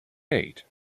eight